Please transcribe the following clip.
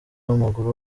w’amaguru